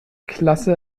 klasse